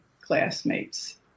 classmates